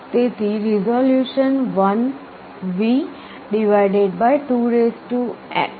તેથી resolution 1V 28 3